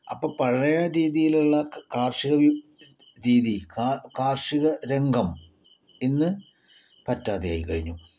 അപ്പോൾ പഴയ രീതിയിലുള്ള കാർഷിക രീതി കാർഷിക രംഗം ഇന്നു പറ്റാതെയായിക്കഴിഞ്ഞു